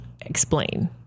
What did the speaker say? explain